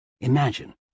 Imagine